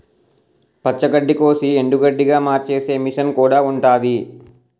పచ్చి గడ్డికోసి ఎండుగడ్డిగా మార్చేసే మిసన్ కూడా ఉంటాది